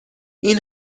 این